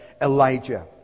Elijah